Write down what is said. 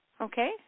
Okay